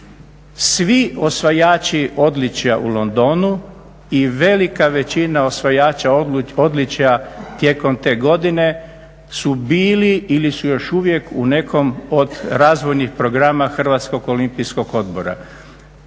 Svi osvajači odličja u Londonu i velika većina osvajača odličja tijekom te godine su bili ili su još uvijek u nekom od razvojnih programa Hrvatskog olimpijskog odbora.